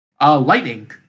Lightning